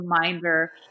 reminder